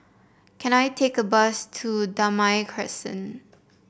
can I take a bus to Damai Crescent